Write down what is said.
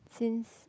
since